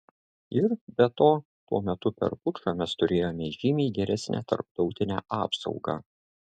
ir be to tuo metu per pučą mes turėjome žymiai geresnę tarptautinę apsaugą